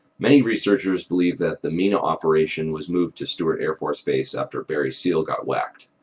many researchers believe that the mena operation was moved to stewart air force base after barry seal got whacked.